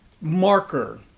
marker